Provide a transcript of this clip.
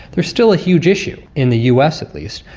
there is still a huge issue, in the us at least,